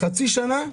חצי שנה.